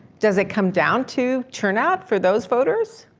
does it come down to turnout for those voters?